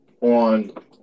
on